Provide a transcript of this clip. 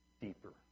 Deeper